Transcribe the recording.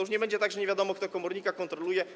Już nie będzie tak, że nie wiadomo, kto komornika kontroluje.